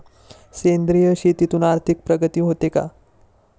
सेंद्रिय शेतीतून आर्थिक प्रगती होते का?